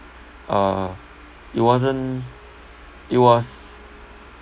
uh it wasn't it was